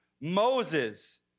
Moses